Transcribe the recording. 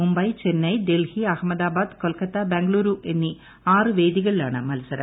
മുംബൈ ചെന്നൈ ഡൽഹി അഹമ്മദാബാദ് കൊൽക്കത്ത ബംഗളൂരു എന്നിആറ് വേദികളിലാണ് മത്സരം